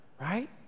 right